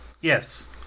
Yes